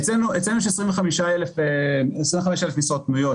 אצלנו יש 25,000 משרות פנויות,